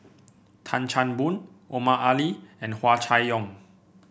Tan Chan Boon Omar Ali and Hua Chai Yong